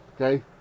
Okay